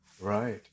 Right